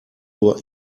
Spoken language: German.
nur